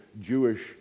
Jewish